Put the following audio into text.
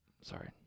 Sorry